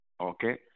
okay